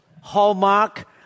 hallmark